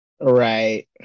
Right